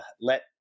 let